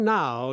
now